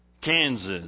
Kansas